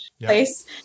place